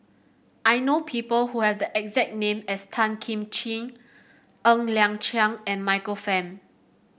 I know people who have the exact name as Tan Kim Ching Ng Liang Chiang and Michael Fam